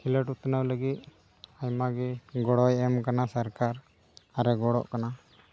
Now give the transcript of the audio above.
ᱠᱷᱮᱞᱳᱰ ᱩᱛᱱᱟᱹᱣ ᱞᱟᱹᱜᱤᱫ ᱟᱭᱢᱟ ᱜᱮ ᱜᱚᱲᱚᱭ ᱮᱢ ᱠᱟᱱᱟ ᱥᱚᱨᱠᱟᱨ ᱟᱨᱮ ᱜᱚᱲᱚᱜ ᱠᱟᱱᱟ